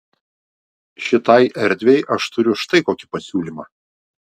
šiai erdvei aš turiu štai tokį pasiūlymą